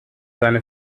seine